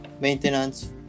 maintenance